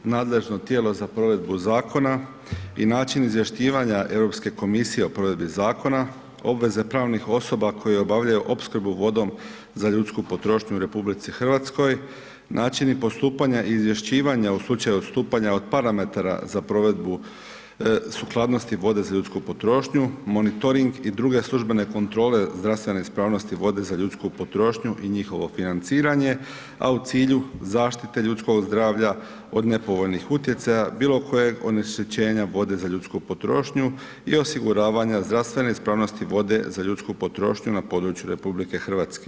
Nadležno tijelo za provedbu zakona i način izvješćivanja Europske komisije o provedbi zakona, obveze pravnih osoba koje obavljaju opskrbu vodom za ljudsku potrošnju u RH, način i postupanja izvješćivanja u slučaju odstupanja od parametara za provedbu sukladnosti vode za ljudsku potrošnju, monitoring i druge službene kontrole zdravstvene ispravnosti vode za ljudsku potrošnju i njihovo financiranje, a u cilju zaštite ljudskog zdravlja od nepovoljnih utjecaja bilo kojeg onečišćenja vode za ljudsku potrošnju i osiguravanja zdravstvene ispravnosti vode za ljudsku potrošnju na području RH.